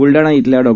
ब्लडाणा इथल्या डॉ